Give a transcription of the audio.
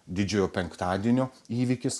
didžiojo penktadienio įvykis